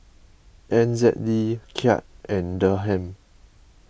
N Z D Kyat and Dirham